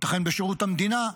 ייתכן בשירות המדינה,